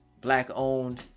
Black-owned